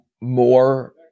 more